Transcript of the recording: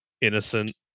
innocent